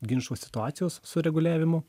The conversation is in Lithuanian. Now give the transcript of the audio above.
ginčo situacijos sureguliavimu